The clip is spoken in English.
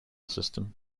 system